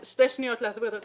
בשתי שניות להסביר את התהליך: